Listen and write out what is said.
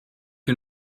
you